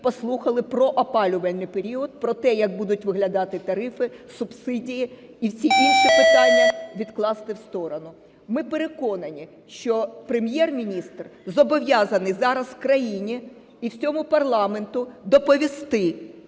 послухали про опалювальний період, про те, як будуть виглядати тарифи, субсидії, і всі інші питання відкласти в сторону. Ми переконані, що Прем'єр-міністр зобов'язаний зараз країні і всьому парламенту доповісти,